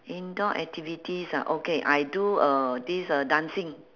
indoor activities ah okay I do uh this uh dancing